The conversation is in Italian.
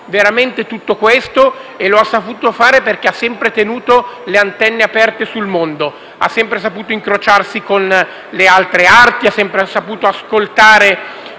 tutto questo e lo ha saputo fare perché ha sempre tenuto le antenne alzate sul mondo, ha sempre saputo incrociarsi con le altre arti e ha sempre saputo ascoltare